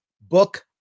Book